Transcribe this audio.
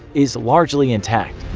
is largely intact.